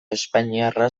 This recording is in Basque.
espainiarra